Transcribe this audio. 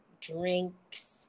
drinks